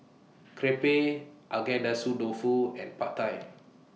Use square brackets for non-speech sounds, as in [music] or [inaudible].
[noise] Crepe Agedashi Dofu and Pad Thai